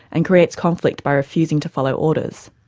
and creates conflict by refusing to follow orders.